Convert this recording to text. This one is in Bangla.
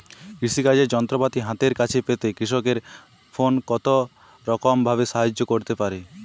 কৃষিকাজের যন্ত্রপাতি হাতের কাছে পেতে কৃষকের ফোন কত রকম ভাবে সাহায্য করতে পারে?